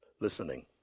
Listening